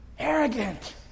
Arrogant